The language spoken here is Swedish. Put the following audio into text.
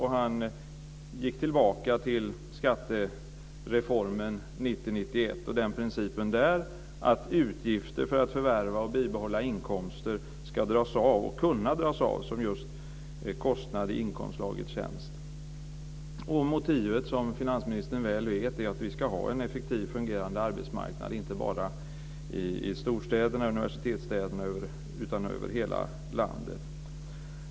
Han gick tillbaka till skattereformen 1990/91 och principen att utgifter för att förvärva och bibehålla inkomster ska kunna dras av som just kostnad i inkomstslaget tjänst. Motivet är, som finansministern väl vet, att vi ska ha en effektiv fungerande arbetsmarknad inte bara i storstäderna och i universitetsstäderna utan i hela landet.